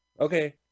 okay